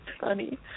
funny